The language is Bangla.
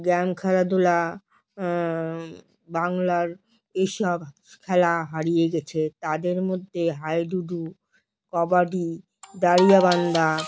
গ্রাম খেলাধুলা বাংলার এইসব খেলা হারিয়ে গিয়েছে তাদের মধ্যে হাডুডু কবাডি দাড়িয়াবান্ধা